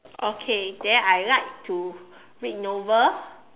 okay then I like to read novel